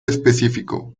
específico